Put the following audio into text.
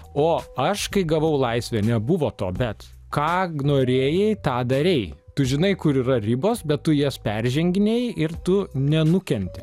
o aš kai gavau laisvę nebuvo to bet ką norėjai tą darei tu žinai kur yra ribos bet tu jas perženginėji ir tu nenukenti